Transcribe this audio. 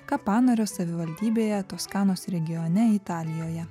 kapanorio savivaldybėje toskanos regione italijoje